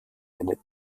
eine